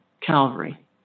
Calvary